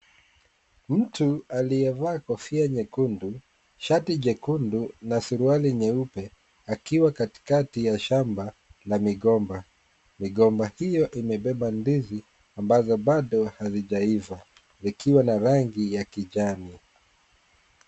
Mtu aliyevaa kofia nyekundu, shati jekundu na suruali nyeupe. Akiwa katikati ya shamba la migomba. Migomba hiyo, imebeba ndizi, ambazo bado hazijaiva, zikiwa na rangi ya kijani.